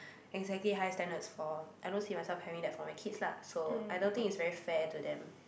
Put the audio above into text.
exactly high standards for I don't see myself having that for my kids lah so I don't think is very fair to them